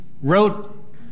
wrote